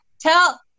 Tell